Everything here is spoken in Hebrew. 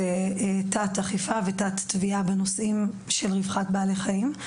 תת-אכיפה ותת-תביעה בנושאים של רווחת בעלי החיים.